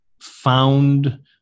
found